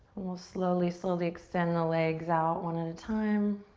and we'll slowly, slowly extend the legs out one at a time